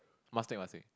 must take must take